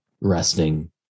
resting